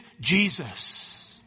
Jesus